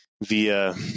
via